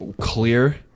clear